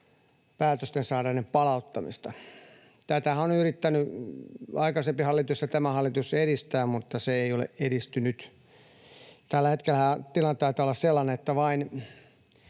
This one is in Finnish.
saaneiden palauttamista. Tätähän ovat yrittäneet aikaisempi hallitus ja tämä hallitus edistää, mutta se ei ole edistynyt. Tällä hetkellähän tilanne taitaa olla sellainen, että vain